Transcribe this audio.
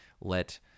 let